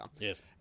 yes